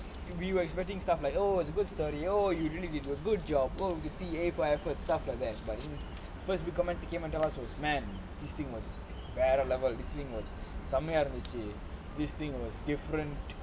we were expecting stuff like oh it's a good story oh you really did a good job oh we can see A for effort stuff like that but first because the comments that came to tell us was man this thing was bad or whatever this thing was this thing was different